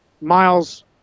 Miles